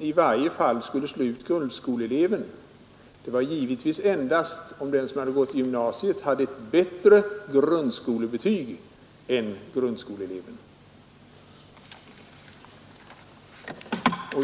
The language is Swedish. under alla förhållanden skulle slå ut grundskoleeleven. Det skulle givetvis endast ske om den som hade gått i gymnasiet hade ett bättre grundskolebetyg än grundskoleeleven.